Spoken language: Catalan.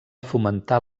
fomentar